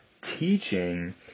teaching